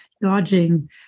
dodging